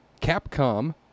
Capcom